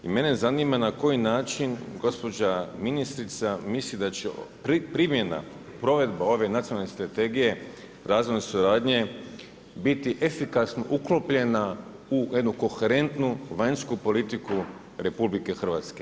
I mene zanima na koji način gospođa ministrica misli da će, primjena, provedba ove nacionalne strategije, razvojne suradnje biti efikasno uklopljena u jednu koherentnu vanjsku politiku RH.